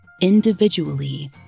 individually